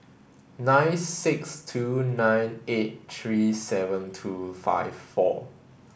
nine six two nine eight three seven two five four